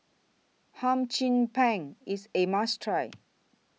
Hum Chim Peng IS A must Try